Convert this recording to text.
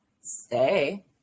stay